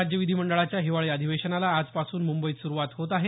राज्य विधिमंडळाच्या हिवाळी अधिवेशनाला आजपासून मुंबईत सुरुवात होत आहे